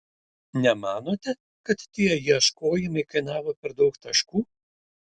nemanote kad tie ieškojimai kainavo per daug taškų